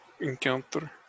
encounter